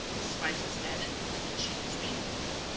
spices added and the cheese re-formed.